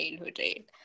right